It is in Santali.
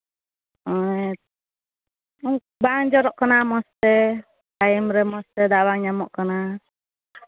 ᱵᱟᱝ ᱡᱚᱨᱚᱜ ᱠᱟᱱᱟ ᱢᱚᱡᱽᱛᱮ ᱛᱟᱭᱚᱢᱨᱮ ᱢᱚᱡᱽᱛᱮ ᱫᱟᱜ ᱵᱟᱝ ᱧᱟᱢᱚᱜ ᱠᱟᱱᱟ